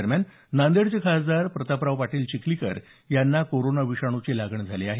दरम्यान नांदेडचे खासदार प्रतापराव पाटील चिखलीकर यांना कोरोना विषाणूची लागण झाली आहे